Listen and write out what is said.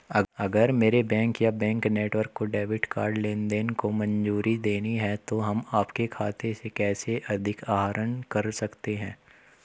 अगर मेरे बैंक या बैंक नेटवर्क को डेबिट कार्ड लेनदेन को मंजूरी देनी है तो हम आपके खाते से कैसे अधिक आहरण कर सकते हैं?